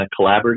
Collaborative